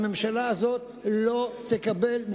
הממשלה הזאת לא תקבל.